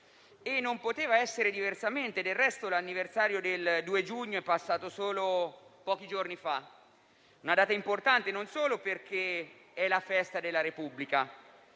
non poteva essere diversamente. Del resto, l'anniversario del 2 giugno è passato solo pochi giorni fa. Si tratta di una data importante, non solo perché è la Festa della Repubblica,